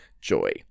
joy